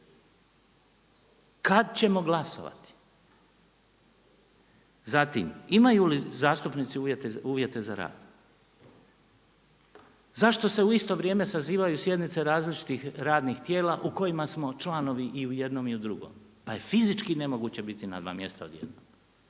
kada ćemo glasovati. Zatim, imaju li zastupnici uvjete za rad? Zašto se u isto vrijeme sazivaju sjednice različitih radnih tijela u kojima smo članovi i u jednom i u drugom pa je fizički nemoguće biti na dva mjesta odjednom.